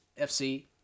FC